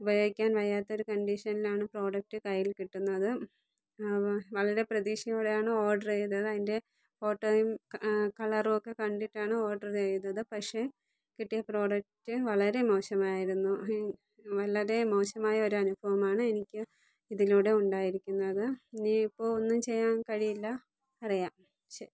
ഉപയോഗിക്കാൻ വയ്യാത്ത ഒരു കണ്ടീഷനിലാണ് പ്രോഡക്ട് കയ്യിൽ കിട്ടുന്നത് അപ്പോൾ വളരെ പ്രതീക്ഷയോടെയാണ് ഓർഡർ ചെയ്തത് അയിൻ്റെ ഫോട്ടോയും കളറും ഒക്കെ കണ്ടിട്ടാണ് ഓർഡർ ചെയ്തത് പക്ഷേ കിട്ടിയ പ്രൊഡക്റ്റ് വളരെ മോശമായിരുന്നു വളരെ മോശമായ ഒരനുഭവമാണ് എനിക്ക് ഇതിലൂടെ ഉണ്ടായിരിക്കുന്നത് ഇനിയിപ്പോൾ ഒന്നും ചെയ്യാൻ കഴിയില്ല പറയാം ശ്